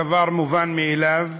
דבר מובן מאליו,